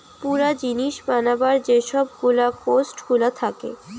পুরা জিনিস বানাবার যে সব গুলা কোস্ট গুলা থাকে